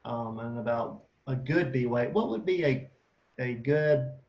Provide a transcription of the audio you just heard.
and about a good bee weight. what would be a a good,